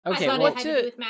Okay